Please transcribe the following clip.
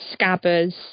scabbers